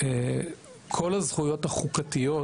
כל הזכויות החוקתיות